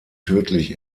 tödlich